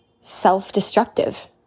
self-destructive